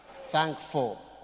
Thankful